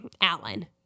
Alan